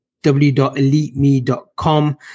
w.eliteme.com